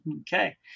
Okay